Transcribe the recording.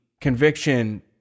conviction